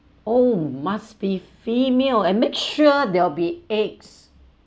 oh must be female and make sure they'll be eggs